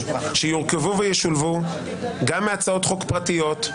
שיורכבו וישולמו גם מהצעות חוק פרטיות,